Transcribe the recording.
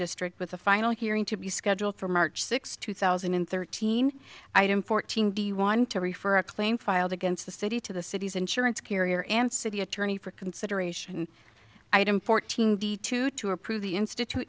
district with the final hearing to be scheduled for march sixth two thousand and thirteen fourteen do you want to refer a claim filed against the city to the city's insurance carrier and city attorney for consideration item fourteen d two to approve the institute